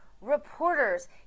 reporters